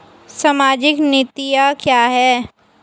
सामाजिक नीतियाँ क्या हैं?